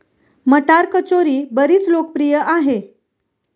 मटार कचोरी बरीच लोकप्रिय आहे